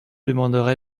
demanderai